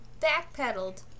backpedaled